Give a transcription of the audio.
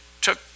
took